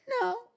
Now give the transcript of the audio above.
No